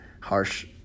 harsh